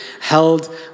held